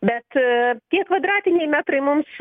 bet tie kvadratiniai metrai mums